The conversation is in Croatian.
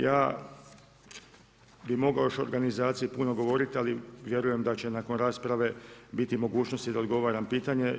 Ja bi mogao još o organizaciji puno govoriti, ali vjerujem da će nakon rasprave biti mogućnosti da odgovaram na pitanja.